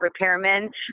repairmen